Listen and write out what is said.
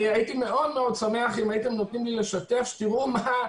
הייתי מאוד שמח לשתף את המסמך.